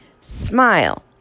smile